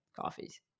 coffees